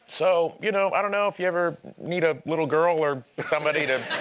so you know, i don't know if you ever need a little girl or somebody to